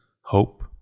hope